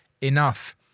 enough